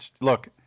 look